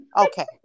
Okay